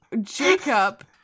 Jacob